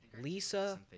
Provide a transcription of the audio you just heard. Lisa